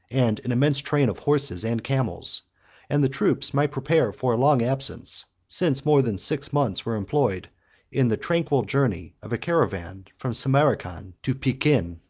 and an immense train of horses and camels and the troops might prepare for a long absence, since more than six months were employed in the tranquil journey of a caravan from samarcand to pekin.